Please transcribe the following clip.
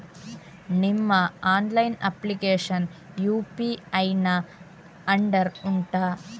ನಿಮ್ಮ online application UPI ನ under ಉಂಟಾ